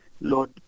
Lord